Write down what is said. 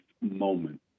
moment